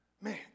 Man